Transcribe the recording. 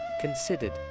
considered